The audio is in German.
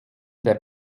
der